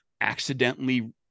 accidentally